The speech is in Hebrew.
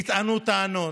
נטענו טענות,